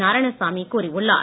நாராயணசாமி கூறியுள்ளார்